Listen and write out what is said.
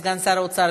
סגן שר האוצר,